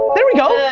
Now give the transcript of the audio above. there we go. yeah